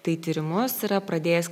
tai tyrimus yra pradėjęs